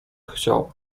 chciał